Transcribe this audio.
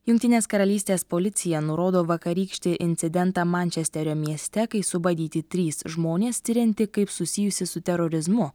jungtinės karalystės policija nurodo vakarykštį incidentą mančesterio mieste kai subadyti trys žmonės tirianti kaip susijusi su terorizmu